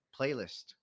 playlist